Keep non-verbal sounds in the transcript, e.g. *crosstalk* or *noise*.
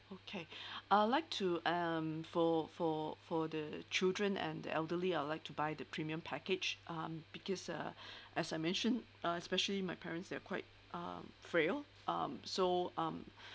okay *breath* I would like to um for for for the children and the elderly I'd like to buy the premium package um because uh *breath* as I mentioned uh especially my parents they're quite um frail um so um *breath*